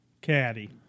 Caddy